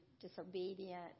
disobedient